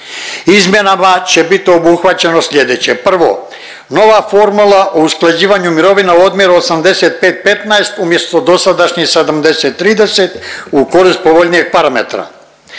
Izmjenama će biti obuhvaćeno sljedeće: 1. nova formula o usklađivanju mirovina omjer 85-15 umjesto dosadašnjih 70-30 u korist povoljnije parametra,